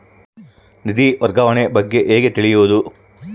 ನಿಧಿ ವರ್ಗಾವಣೆ ಬಗ್ಗೆ ಹೇಗೆ ತಿಳಿಯುವುದು?